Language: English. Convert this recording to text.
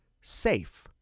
SAFE